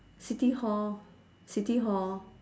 city hall city hall